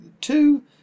two